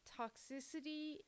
toxicity